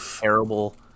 terrible